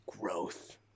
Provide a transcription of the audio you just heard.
growth